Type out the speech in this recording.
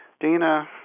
Dina